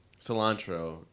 cilantro